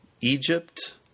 Egypt